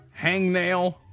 Hangnail